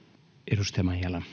arvoisa